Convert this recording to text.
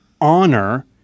honor